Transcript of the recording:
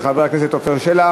של חבר הכנסת עפר שלח.